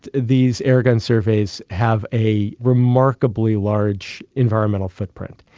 these airgun surveys have a remarkably large environmental footprint.